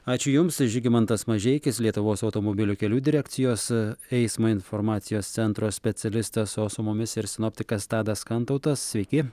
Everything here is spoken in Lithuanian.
ačiū jums žygimantas mažeikis lietuvos automobilių kelių direkcijos eismo informacijos centro specialistas o su mumis ir sinoptikas tadas kantautas sveiki